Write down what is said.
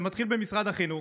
זה מתחיל במשרד החינוך,